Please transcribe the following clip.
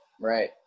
Right